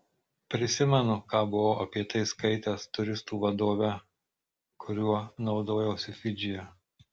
prisimenu ką buvau apie tai skaitęs turistų vadove kuriuo naudojausi fidžyje